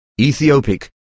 Ethiopic